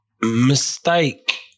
Mistake